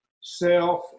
self